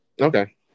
Okay